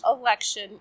election